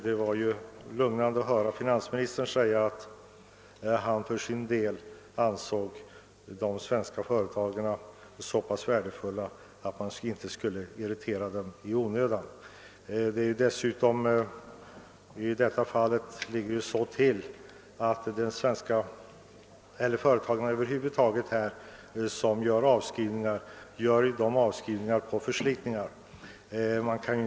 Det var lugnande att höra finansministern säga att han för sin del ansåg de svenska företagen så pass värdefulla att de inte borde irriteras i onödan. I detta fall ligger det dessutom så till att de företag som gör avskrivningar vidtar sådana efter den förslitning som ägt rum.